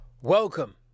Welcome